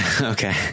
okay